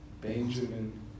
Benjamin